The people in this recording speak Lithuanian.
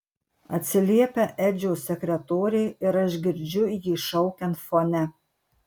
atsiliepia edžio sekretorė ir aš girdžiu jį šaukiant fone